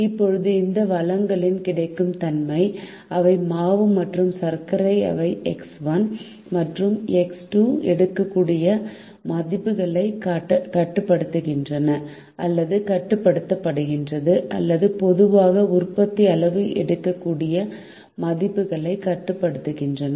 இப்போது இந்த வளங்களின் கிடைக்கும் தன்மை அவை மாவு மற்றும் சர்க்கரை அவை எக்ஸ் 1 மற்றும் எக்ஸ் 2 எடுக்கக்கூடிய மதிப்புகளை கட்டுப்படுத்துகின்றன அல்லது கட்டுப்படுத்துகின்றன அல்லது பொதுவாக உற்பத்தி அளவு எடுக்கக்கூடிய மதிப்புகளை கட்டுப்படுத்துகின்றன